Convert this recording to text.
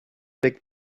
back